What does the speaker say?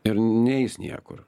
ir neis niekur